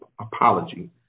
apology